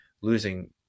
losing